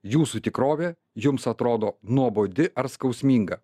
jūsų tikrovė jums atrodo nuobodi ar skausminga